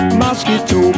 mosquito